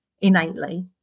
innately